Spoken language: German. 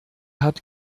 hat